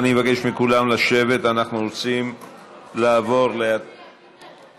אני מבקש מכולם לשבת, אנחנו רוצים לעבור להצבעה.